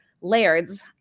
Laird's